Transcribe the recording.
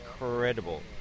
incredible